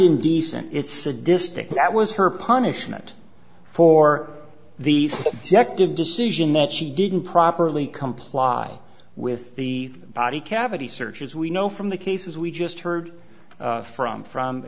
indecent it's sadistic that was her punishment for the executive decision that she didn't properly comply with the body cavity search as we know from the cases we just heard from from